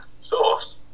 Sauce